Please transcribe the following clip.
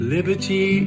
Liberty